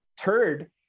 turd